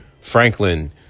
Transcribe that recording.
Franklin